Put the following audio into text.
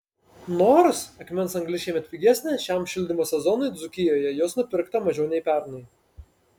nors akmens anglis šiemet pigesnė šiam šildymo sezonui dzūkijoje jos nupirkta mažiau nei pernai